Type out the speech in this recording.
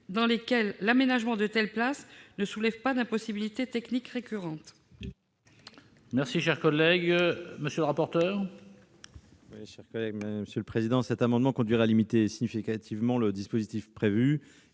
dans lesquelles l'aménagement de telles places ne soulève pas d'impossibilité technique récurrente.